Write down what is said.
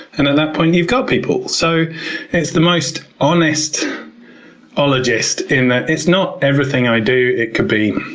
and at that point you've got people. so it's the most honest ologist in that it's not everything i do it could be